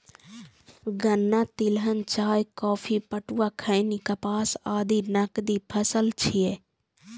गन्ना, तिलहन, चाय, कॉफी, पटुआ, खैनी, कपास आदि नकदी फसल छियै